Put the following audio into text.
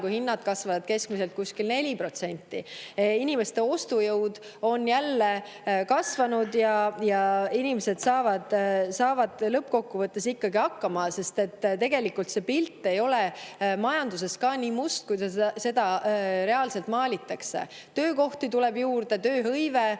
kasvavad hinnad keskmiselt kuskil 4%. Inimeste ostujõud on jälle kasvanud ja inimesed saavad lõppkokkuvõttes ikkagi hakkama. Tegelikult see pilt ei ole majanduses reaalselt nii must, kui seda maalitakse. Töökohti tuleb juurde, tööhõive